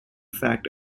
fact